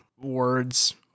words